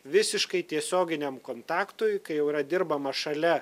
visiškai tiesioginiam kontaktui kai jau yra dirbama šalia